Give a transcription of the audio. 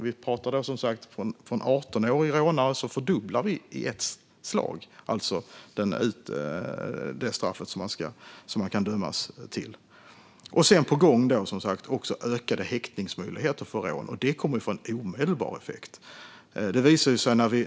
För en 18-årig rånare pratar vi alltså om en fördubbling av det straff man kan dömas till. På gång är som sagt även ökade häktningsmöjligheter för rån, och det kommer att få en omedelbar effekt.